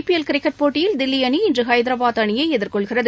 IPL cricket போட்டியில் தில்லி அணி இன்று ஹைதராபாத் அணியை எதிர்கொள்கிறது